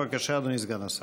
בבקשה, אדוני סגן השר.